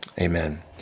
Amen